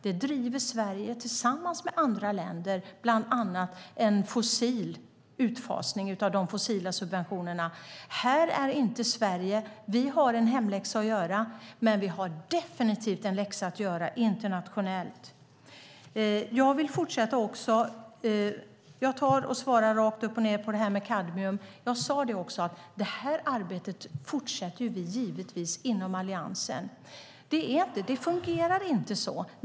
Detta driver Sverige tillsammans med andra länder. Det handlar bland annat om en utfasning av de fossila subventionerna. Här är inte Sverige. Vi har en hemläxa att göra. Men vi har definitivt en läxa att göra internationellt. Jag ska rakt upp och ned svara på frågan om kadmium. Jag sade att vi givetvis fortsätter med detta arbete inom Alliansen.